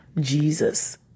Jesus